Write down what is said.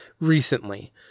recently